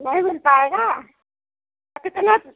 नहीं मिल पाएगा तो कितने